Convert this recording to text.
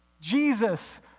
Jesus